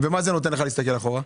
ומה זה נותן לך להסתכל אחורה?